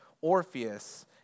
Orpheus